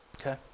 Okay